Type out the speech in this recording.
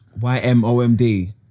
Y-M-O-M-D